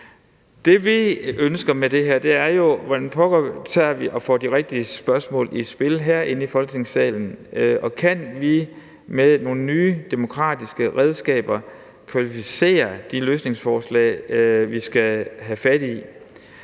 Det, vi ønsker med det her, er jo at se på, hvordan pokker vi tager og får de rigtige spørgsmål i spil herinde i Folketingssalen, og om vi med nogle nye demokratiske redskaber kan kvalificere de løsningsforslag, vi skal have fat i.